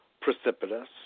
precipitous